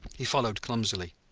he followed clumsily.